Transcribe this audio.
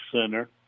center